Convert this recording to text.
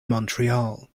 montreal